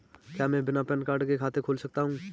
क्या मैं बिना पैन कार्ड के खाते को खोल सकता हूँ?